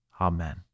Amen